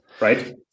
right